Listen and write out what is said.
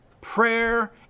prayer